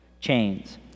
chains